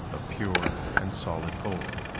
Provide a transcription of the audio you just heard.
of pure and solid gold,